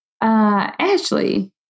Ashley